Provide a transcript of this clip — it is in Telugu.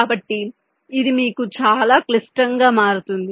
కాబట్టి ఇది మీకు చాలా క్లిష్టంగా మారుతుంది